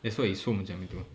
that's why it's so macam itu